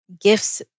gifts